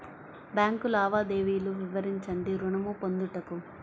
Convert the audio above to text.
Bank లావాదేవీలు వివరించండి ఋణము పొందుటకు?